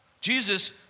Jesus